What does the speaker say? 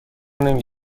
نمی